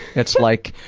it's like,